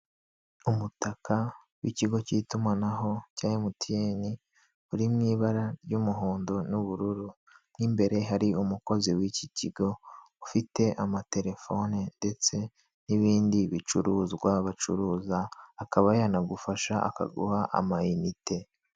Umutaka w'ikigo cy'itumanaho cya MTN uri mu ibara ry'umuhondo n'ubururu, mo imbere hari umukozi w'iki kigo ufite amatelefone ndetse n'ibindi bicuruzwa bacuruza, akaba yanagufasha akaguha amayinite.